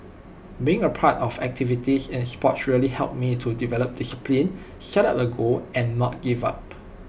being A part of activities in Sport really helped me to develop discipline set up A goal and not give up